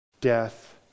Death